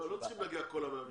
לא, לא צריכים להגיע כל ה-112.